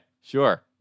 Sure